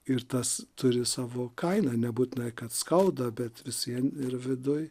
ir tas turi savo kainą nebūtina kad skaudu bet vis vien ir viduj